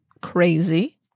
Crazy